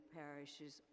parishes